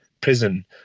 prison